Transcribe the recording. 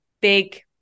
big